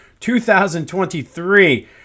2023